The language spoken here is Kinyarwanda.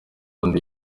undi